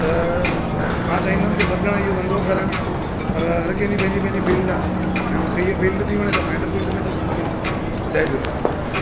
त मां चाहींदुमि कि सभु ॼणा इहो धंधो करणु पर हर कंहिंजी पंहिंजी पंहिंजी फील्ड आहे ऐं मूंखे इहा फील्ड थी वणे त मां इन फील्ड में थो कमु कयां जय झूलेलाल